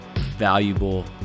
valuable